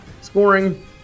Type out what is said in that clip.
scoring